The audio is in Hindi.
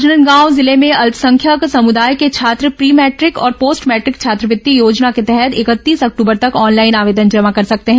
राजनांदगांव जिले में अल्पसंख्यक समुदाय के छात्र प्री मैट्रिक और पोस्ट मैट्रिक छात्रवृत्ति योजना के तहत इकतीस अक्ट्बर तक ऑनलाइन आवेदन जमा कर सकते हैं